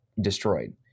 destroyed